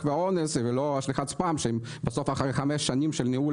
או אונס ולא על שליחת ספאם כשבסוף אחרי חמש שנים של ניהול